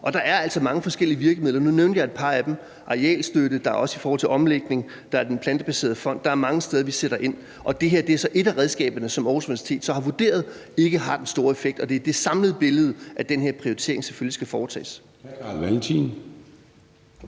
Der er altså mange forskellige virkemidler. Nu nævnte jeg et par af dem. Der er f.eks. arealstøtte og omlægning, og der er Fonden for Plantebaserede Fødevarer. Der er mange steder, vi sætter ind, og det her er så et af redskaberne, som Aarhus Universitet har vurderet ikke har den store effekt. Det er selvfølgelig ud fra det samlede billede, at den her prioritering skal foretages.